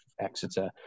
Exeter